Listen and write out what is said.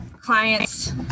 clients